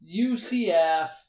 UCF